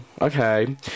okay